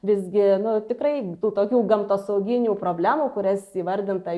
visgi nu tikrai tų tokių gamtosauginių problemų kurias įvardinta